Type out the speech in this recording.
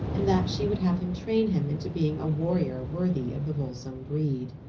and that she would have him train him into being a warrior worthy of the volsung breed.